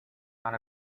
not